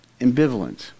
ambivalent